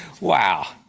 Wow